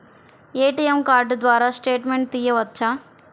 ATM card ద్వారా statement తీయవచ్చా?